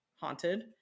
haunted